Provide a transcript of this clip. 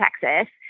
Texas